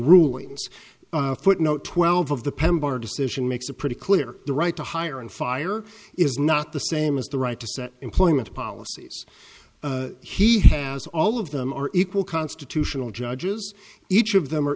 rulings footnote twelve of the pember decision makes a pretty clear the right to hire and fire is not the same as the right to set employment policies he has all of them are equal constitutional judges each of them are